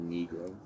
Negro